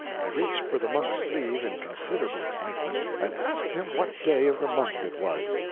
i reached for the monk's sleeve, in considerable excitement, and asked him what day of the month it was.